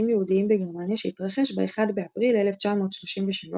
יהודיים בגרמניה שיתרחש ב-1 באפריל 1933,